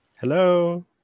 Hello